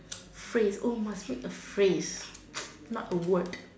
phrase oh must make a phrase not a word